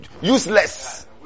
useless